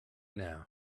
now